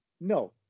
No